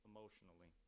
Emotionally